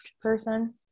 person